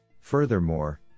Furthermore